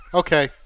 okay